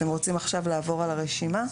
אתם רוצים עכשיו לעבור על הרשימה?